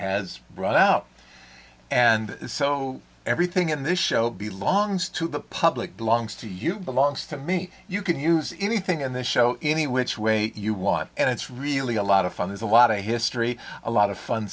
has run out and so everything in this show be longs to the public belongs to you belongs to me you can use anything in this show any which way you want and it's really a lot of fun there's a lot of history a lot of fun